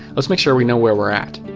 let's make sure we know where we're at.